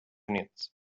units